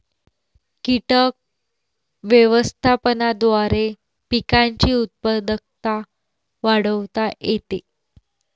कीटक व्यवस्थापनाद्वारे पिकांची उत्पादकता वाढवता येते